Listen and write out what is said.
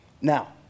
Now